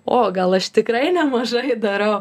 o gal aš tikrai nemažai darau